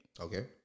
Okay